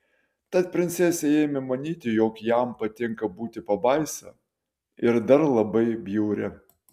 tad princesė ėmė manyti jog jam patinka būti pabaisa ir dar labai bjauria